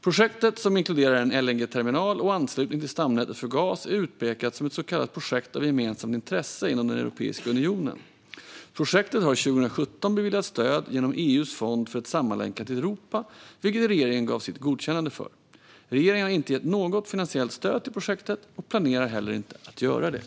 Projektet, som inkluderar en LNG-terminal och anslutning till stamnätet för gas, är utpekat som ett så kallat projekt av gemensamt intresse inom Europeiska unionen. Projektet beviljades år 2017 stöd genom EU:s Fonden för ett sammanlänkat Europa, vilket regeringen gav sitt godkännande för. Regeringen har inte gett något finansiellt stöd till projektet och planerar heller inte att göra det.